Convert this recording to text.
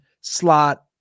slot